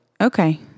Okay